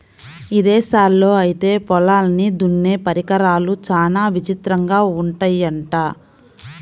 ఇదేశాల్లో ఐతే పొలాల్ని దున్నే పరికరాలు చానా విచిత్రంగా ఉంటయ్యంట